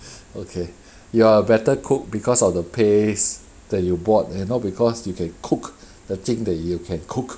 okay you are a better cook because of the paste that you bought and not because you can cook the thing that you can cook